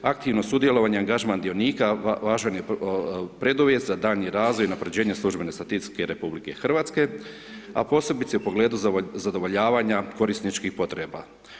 Aktivno sudjelovanje, angažman dionika, važan je preduvjet za daljnji razvoj i unapređenje službene statistike RH, a posebice u pogledu zadovoljavanja korisničkih potreba.